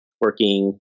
working